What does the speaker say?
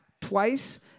twice